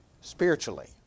spiritually